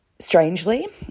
Strangely